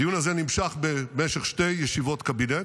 הדיון הזה נמשך במשך שתי ישיבות קבינט.